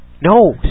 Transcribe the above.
no